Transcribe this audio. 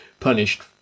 punished